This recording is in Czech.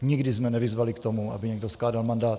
Nikdy jsme nevyzvali k tomu, aby někdo skládal mandát.